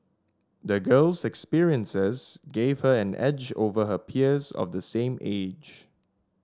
the girl's experiences gave her an edge over her peers of the same age